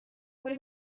کاری